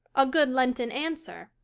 a good lenten answer.